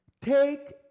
Take